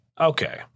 Okay